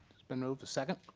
it's been moved to second.